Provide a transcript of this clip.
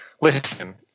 listen